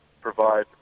provide